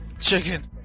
Chicken